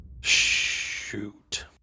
Shoot